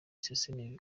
iseseme